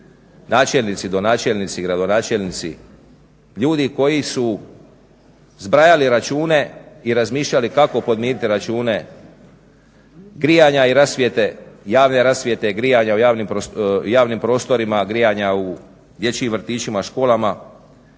načelnici, donačelnici, gradonačelnici, ljudi koji su zbrajali račune i razmišljali kako podmiriti račune grijanja i rasvjete, javne rasvjete, grijanja u javnim prostorima, grijanja u dječjim vrtićima, školama.